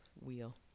wheel